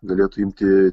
galėtų imti